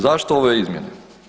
Zašto ove izmjene?